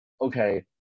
okay